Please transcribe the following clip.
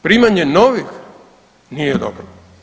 Primanje novih nije dobro.